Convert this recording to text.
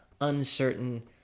uncertain